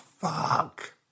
fuck